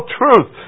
truth